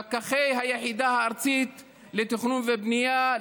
פקחי היחידה הארצית לתכנון ובנייה,